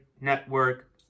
Network